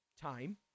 time